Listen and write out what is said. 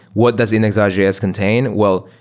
what does index ah js contain? well,